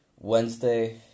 Wednesday